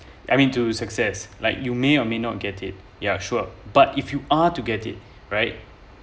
I mean to success like you may or may not get it yeah sure but if you are to get it right